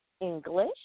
English